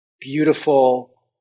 beautiful